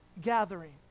gathering